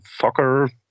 soccer